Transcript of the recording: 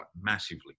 massively